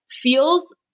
feels